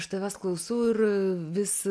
aš tavęs klausau ir vis